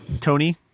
Tony